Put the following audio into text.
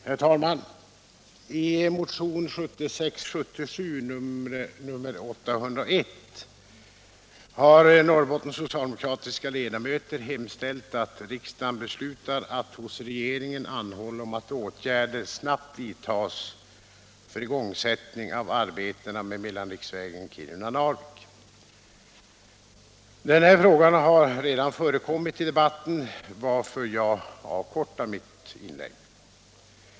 Herr talman! I motionen 1976/77:801 har Norrbottens socialdemokratiska ledamöter hemställt att riksdagen beslutar att hos regeringen anhålla om att åtgärder snabbt vidtas för igångsättning av arbetena med mellanriksvägen Kiruna-Narvik. Den här frågan har redan förekommit i debatten, varför jag avkortar mitt inlägg.